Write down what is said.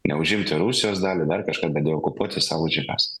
ne užimti rusijos dalį dar kažką bet deokupuoti savo žemes